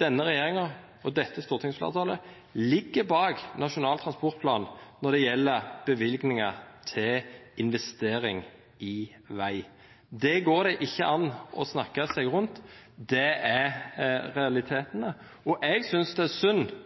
Denne regjeringa og dette stortingsfleirtalet ligg bak Nasjonal transportplan når det gjeld løyvingar til investering i veg. Det går det ikkje an å snakka seg rundt. Det er realitetane. Eg synest det er